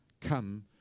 come